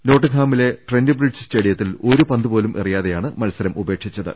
നോട്ടിങ്ങ്ഹാമിലെ Trent Bridge സ്റ്റേഡിയ ത്തിൽ ഒരു പന്ത് പോലും എറിയാതെയാണ് മത്സരം ഉപേക്ഷിച്ചത്